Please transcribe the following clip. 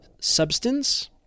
substance